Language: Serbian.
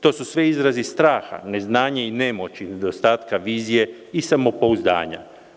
To su sve izrazi straha, neznanja i nemoći, nedostatka vizije i samopouzdanja.